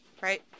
Right